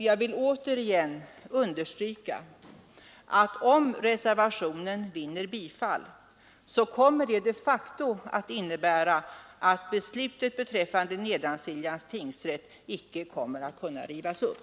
Jag vill återigen understryka, att om reservationen vinner bifall, kommer det de facto att innebära att beslutet beträffande Nedansiljans tingsrätt icke kommer att kunna rivas upp.